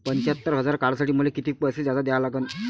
पंच्यात्तर हजार काढासाठी मले कितीक पैसे जादा द्या लागन?